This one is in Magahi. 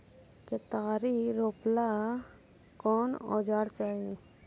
केतारी रोपेला कौन औजर चाही?